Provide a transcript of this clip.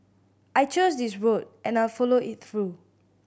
I chose this road and I'll follow it through